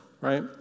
right